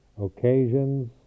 occasions